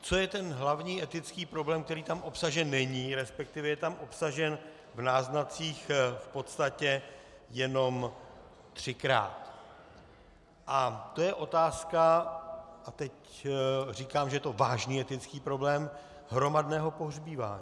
Co je ten hlavní etický problém, který tam obsažen není, resp. je tam obsažen v náznacích v podstatě jenom třikrát, a to je otázka, a teď říkám, že to je vážný etický problém, hromadného pohřbívání.